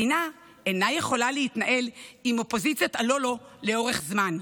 מדינה אינה יכולה להתנהל עם אופוזיציית הלא-לא לאורך זמן.